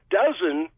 dozen